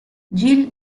gill